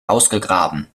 ausgegraben